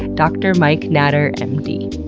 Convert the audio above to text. dr. mike natter, m d.